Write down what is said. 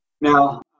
Now